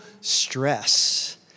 stress